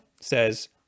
says